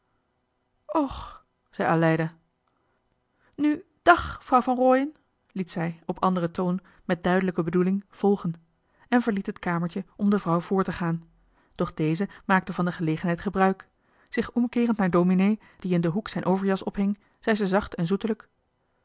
och zei aleida nu dàg vrouw van rooien liet zij op anderen toon met duidelijke bedoeling volgen en verliet het kamertje om de vrouw voor te gaan doch deze maakte van de gelegenheid gebruik zich omkeerend naar domenee die in den hoek zijn overjas ophing zei ze zacht en